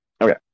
okay